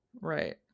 Right